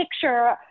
picture